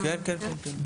כן, כן.